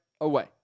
away